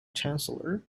chancellor